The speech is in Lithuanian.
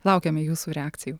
laukiame jūsų reakcijų